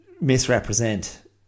misrepresent